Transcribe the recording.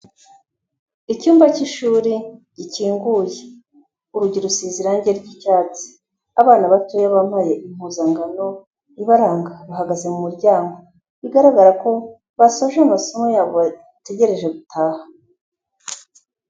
Icyumba cy'ishuri gikinguye, urugi rusize irangi ry'icyatsi, abana batoya bambaye impuzankano ibaranga bahagaze mu muryango, bigaragara ko basoje amasomo yabo bategereje gutaha.